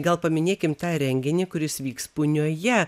gal paminėkim tą renginį kuris vyks punioje